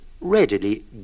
readily